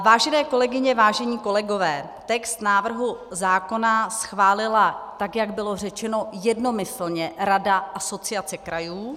Vážené kolegyně, vážení kolegové, text návrhu zákona schválila, tak jak bylo řečeno, jednomyslně Rada Asociace krajů.